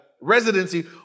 residency